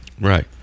Right